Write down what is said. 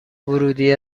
ورودی